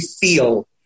feel